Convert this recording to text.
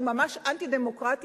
שהוא ממש אנטי-דמוקרטיה.